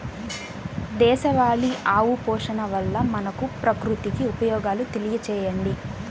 దేశవాళీ ఆవు పోషణ వల్ల మనకు, ప్రకృతికి ఉపయోగాలు తెలియచేయండి?